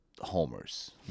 homers